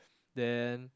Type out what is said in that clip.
then